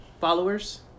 followers